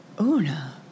Una